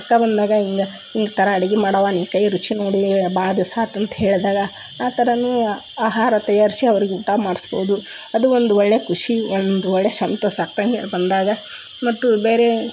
ಅಕ್ಕ ಬಂದಮೇಗ ಹಿಂಗ ಈ ಥರ ಅಡುಗೆ ಮಾಡವ್ವ ನಿನ್ನ ಕೈ ರುಚಿ ನೋಡಿ ಭಾಳ ದಿವಸ ಆಯ್ತ್ ಅಂತ ಹೇಳಿದಾಗ ಆ ಥರನೂ ಆಹಾರ ತಯಾರಿಸಿ ಅವ್ರಿಗೆ ಊಟ ಮಾಡಿಸ್ಬೋದು ಅದು ಒಂದು ಒಳ್ಳೆಯ ಖುಷಿ ಒಂದು ಒಳ್ಳೆಯ ಸಂತೋಷ ಅಕ್ಕ ತಂಗಿಯರು ಬಂದಾಗ ಮತ್ತು ಬೇರೇ